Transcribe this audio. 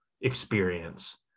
experience